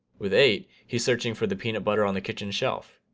with eight, he's searching for the peanut butter on the kitchen shelf.